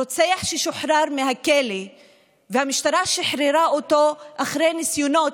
רוצח ששוחרר מהכלא והמשטרה שחררה אותו אחרי ניסיונות,